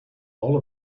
all